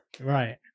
Right